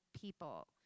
people